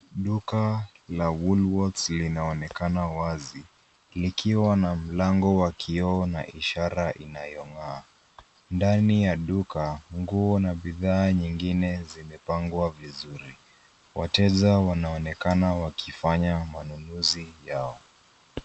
Duka la Woolworths linaonekana wazi, likiwa na mlango wa kioo na ishara inayong'aa. Ndani ya duka, nguo na bidhaa nyingine zimepangwa vizuri. Wateja wanaonekana wakifanya manunuzi yao.